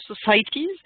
societies